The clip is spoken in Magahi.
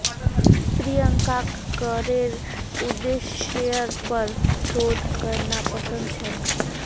प्रियंकाक करेर उद्देश्येर पर शोध करना पसंद छेक